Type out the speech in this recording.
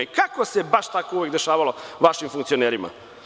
I kako se baš uvek dešavalo vašim funkcionerima?